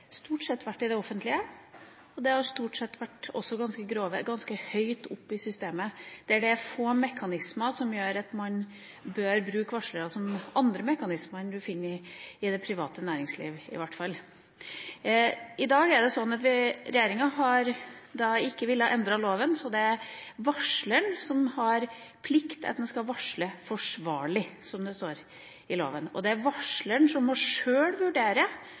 stort sett vært i det offentlige. Det har stort sett også vært ganske høyt oppe i systemet, der det er få mekanismer som gjør at man bør bruke varslere som andre mekanismer enn man finner i det private næringsliv. I dag er det slik at regjeringa har ikke villet endre lova, så det er varsleren som har plikt til at man skal varsle forsvarlig, som det står i lova. Det er varsleren som sjøl må vurdere